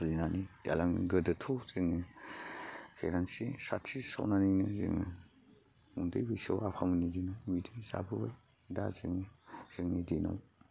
सोलिनानै गालाङो गोदोथ' जोङो केर'सिन साथि सावनानैनो जोङो उन्दै बैसोयाव आफामोन इजोंनो बिदिनो जाबोबाय दा जोङो जोंनि दिनाव